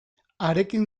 harekin